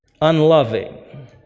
unloving